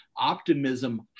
optimism